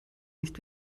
nicht